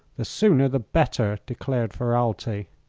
the sooner the better, declared ferralti.